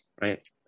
right